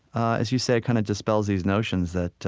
as you say, kind of dispels these notions that